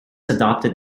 adopted